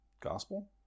Gospel